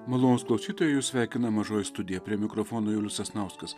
malonūs klausytojai jus sveikina mažoji studija prie mikrofono julius sasnauskas